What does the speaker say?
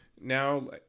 now